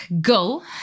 go